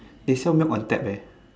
they fill milk on tap eh